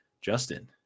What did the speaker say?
Justin